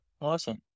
Awesome